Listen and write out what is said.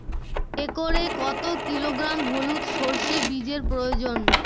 একরে কত কিলোগ্রাম হলুদ সরষে বীজের প্রয়োজন?